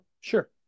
Sure